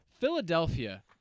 Philadelphia